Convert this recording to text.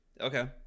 Okay